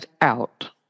out